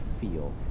feel